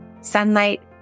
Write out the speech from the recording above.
sunlight